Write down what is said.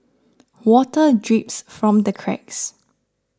water drips from the cracks